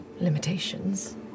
limitations